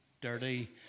dirty